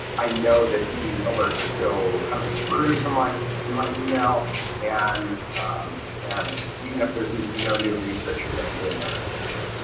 i know that these alerts are still coming through to my so to my email and and even if there's no new research, you're going to get a notification